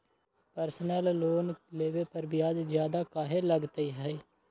Personal loan लेबे पर ब्याज ज्यादा काहे लागईत है?